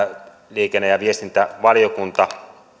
liikenne ja viestintävaliokunta